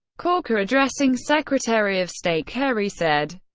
corker, addressing secretary of state kerry, said,